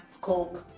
Coke